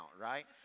right